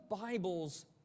Bible's